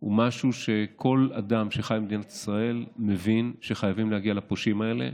הוא משהו שכל אדם שחי במדינת ישראל מבין שחייבים להגיע לפושעים האלה.